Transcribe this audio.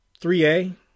3A